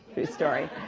true story.